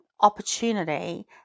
opportunity